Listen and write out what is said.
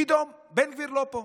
פתאום בן גביר לא פה,